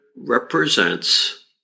represents